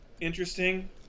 interesting